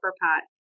pot